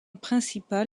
principal